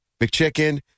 McChicken